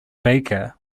baker